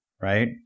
right